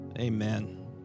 Amen